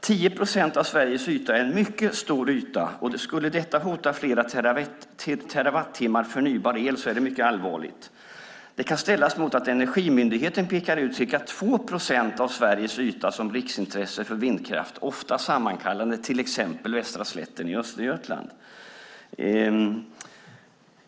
10 procent av Sverige yta är en mycket stor yta, och skulle detta hota flera terawattimmar förnybar el är det mycket allvarligt. Det kan ställas mot att Energimyndigheten pekar ut ca 2 procent av Sveriges yta som riksintresse för vindkraft, ofta sammanfallande, till exempel västra slätten i Östergötland.